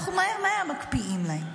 אנחנו מהר מהר מקפיאים להם.